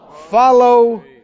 Follow